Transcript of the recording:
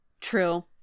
True